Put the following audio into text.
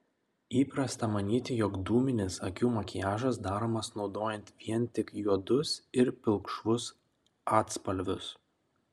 įprasta manyti jog dūminis akių makiažas daromas naudojant vien tik juodus ir pilkšvus atspalvius